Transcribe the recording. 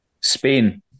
Spain